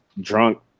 drunk